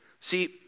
See